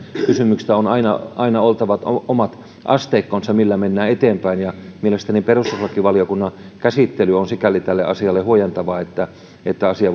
kysymyksistä on aina aina oltava omat asteikkonsa millä mennään eteenpäin mielestäni perustuslakivaliokunnan käsittely on sikäli tässä asiassa huojentava että että asia